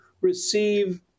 receive